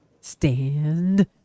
Stand